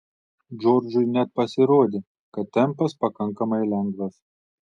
džordžui net pasirodė kad tempas pakankamai lengvas